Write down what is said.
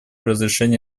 разрешении